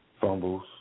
fumbles